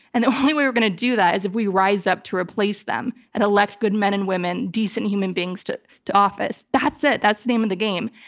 and the only way we're going to do that is if we rise up to replace them and elect good men and women, decent human beings, to to office. that's it. that's the name of the game.